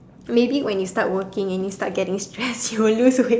maybe when you start working and you start getting stress you will lose weight